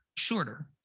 shorter